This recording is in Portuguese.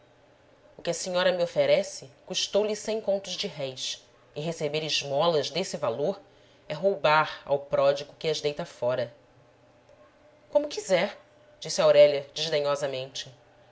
o que a senhora me oferece custou-lhe cem contos de réis e receber esmolas desse valor é roubar ao pródigo que as deita fora como quiser disse aurélia